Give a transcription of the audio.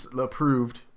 approved